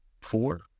four